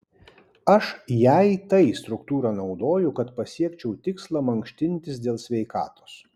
aš jei tai struktūrą naudoju kad pasiekčiau tikslą mankštintis dėl sveikatos